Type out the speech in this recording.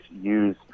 use